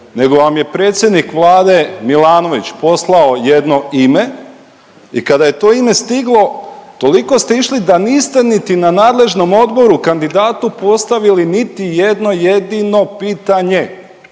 nego vam je predsjednik Vlade Milanović poslao jedno ime i kada je to ime stiglo toliko ste išli da niste niti na nadležnom odboru kandidatu postavili niti jedno jedino pitanje